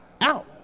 out